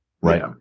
right